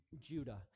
Judah